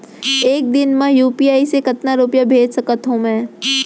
एक दिन म यू.पी.आई से कतना रुपिया भेज सकत हो मैं?